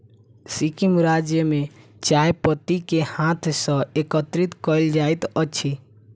सिक्किम राज्य में चाय पत्ती के हाथ सॅ एकत्रित कयल जाइत अछि